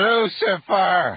Lucifer